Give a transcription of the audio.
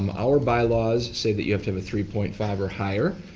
um our bylaws say that you have to have a three point five or higher.